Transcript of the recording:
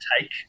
take